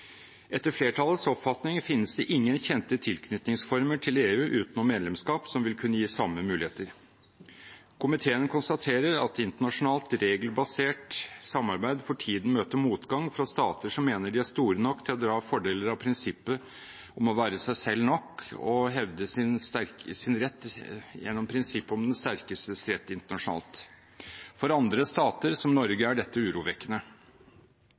Etter flertallets oppfatning finnes det ingen kjente tilknytningsformer til EU, utenom medlemskap, som vil kunne gi samme muligheter. Komiteen konstaterer at internasjonalt, regelbasert samarbeid for tiden møter motgang fra stater som mener de er store nok til å dra fordeler av prinsippet om å være seg selv nok og hevde sin rett gjennom prinsippet om den sterkestes rett internasjonalt. For andre stater, som Norge, er dette urovekkende.